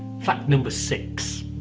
fact number six